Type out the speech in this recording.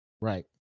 Right